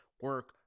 Work